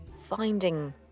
finding